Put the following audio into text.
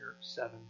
seven